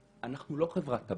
צריך להעביר חוק ולאכוף אותו בחומרה,